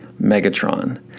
Megatron